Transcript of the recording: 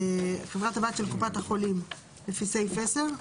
חברת הבת של קופת החולים, לפי סעיף 10?